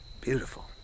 beautiful